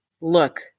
look